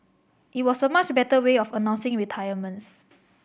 it was a much better way of announcing retirements